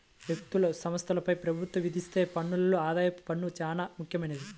వ్యక్తులు, సంస్థలపై ప్రభుత్వం విధించే పన్నుల్లో ఆదాయపు పన్ను చానా ముఖ్యమైంది